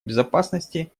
безопасности